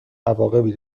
عواقبی